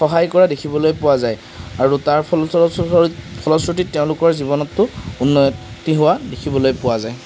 সহায় কৰা দেখিবলৈ পোৱা যায় আৰু তাৰ ফলশ্ৰুতিত তেওঁলোকৰ জীৱনতো উন্নতি হোৱা দেখিবলৈ পোৱা যায়